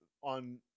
on